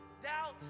doubt